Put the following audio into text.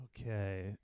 Okay